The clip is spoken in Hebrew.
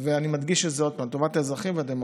אני מדגיש את זה עוד פעם: טובת האזרחים והדמוקרטיה.